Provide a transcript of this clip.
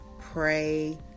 pray